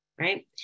right